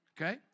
okay